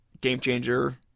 game-changer